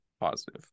positive